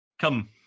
Come